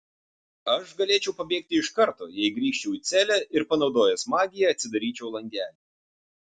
aš galėčiau pabėgti iš karto jei grįžčiau į celę ir panaudojęs magiją atsidaryčiau langelį